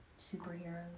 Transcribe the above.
superheroes